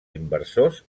inversors